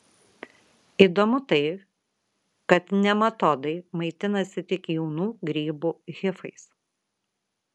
įdomu tai kad nematodai maitinasi tik jaunų grybų hifais